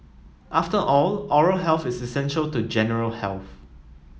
after all oral health is essential to general health